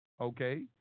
okay